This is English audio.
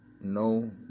no